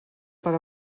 per